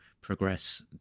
progress